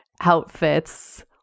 outfits